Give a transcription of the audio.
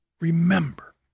remember